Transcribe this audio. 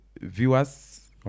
viewers